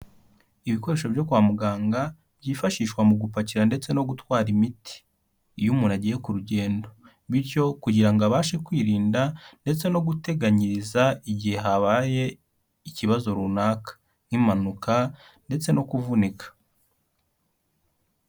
Ibikoresho byo kwa muganga byifashishwa mu gupakira ndetse no gutwara imiti, iyo umuntu agiye ku rugendo, bityo kugira ngo abashe kwirinda ndetse no guteganyiriza igihe habaye ikibazo runaka nk'impanuka ndetse no kuvunika.